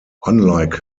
unlike